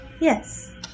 Yes